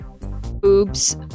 boobs